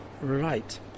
right